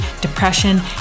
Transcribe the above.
depression